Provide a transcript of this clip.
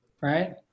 Right